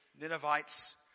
Ninevites